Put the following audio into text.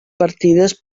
partides